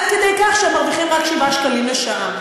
עד כדי כך שהם מרוויחים רק 7 שקלים לשעה.